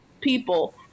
people